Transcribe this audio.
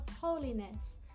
holiness